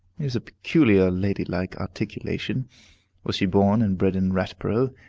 is a peculiarly ladylike articulation was she born and bred in ratborough,